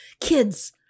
kids